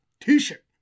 t-shirt